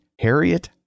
Harriet